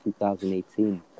2018